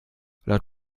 laut